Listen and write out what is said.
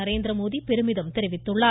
நரேந்திரமோடி பெருமிதம் தெரிவித்துள்ளார்